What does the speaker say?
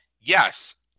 yes